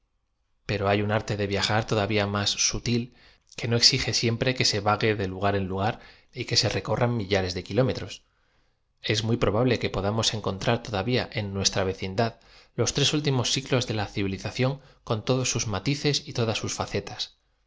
h ay un arte de v i a r todavía má sutil que no exig e siempre que se vague de lugar en lu gar y que se recorran m illares de kilómetros es muy probable que podamos encontrar todavía en nuei ira vecindad los tres últimos siglos d e la civilización con todos sus matices j todas sus facetas